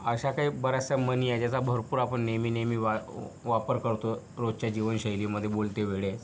अशा काही बऱ्याचशा म्हणी आहे ज्याचा भरपूर आपण नेहमी नेहमी वा वापर करतो रोजच्या जीवनशैलीमध्ये बोलते वेळेस